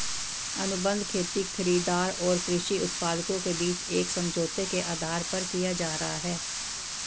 अनुबंध खेती खरीदार और कृषि उत्पादकों के बीच एक समझौते के आधार पर किया जा रहा है